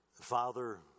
Father